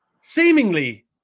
seemingly